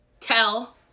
tell